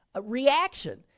reaction